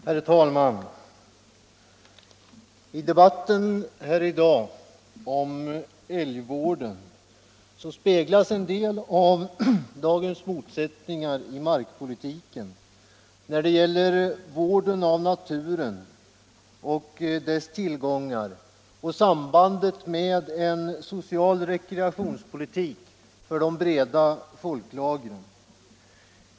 Herr talman! I debatten här i dag om älgvården speglas en del av dagens motsättningar i markpolitiken när det gäller vården av naturen och dess tillgångar och sambandet med en social rekreationspolitik för de breda folklagren.